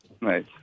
Nice